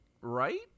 right